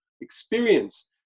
experience